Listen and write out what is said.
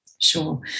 Sure